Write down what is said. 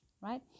right